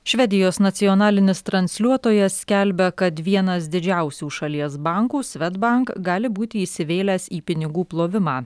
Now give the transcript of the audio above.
švedijos nacionalinis transliuotojas skelbia kad vienas didžiausių šalies bankų svedbank gali būti įsivėlęs į pinigų plovimą